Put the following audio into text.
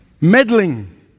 meddling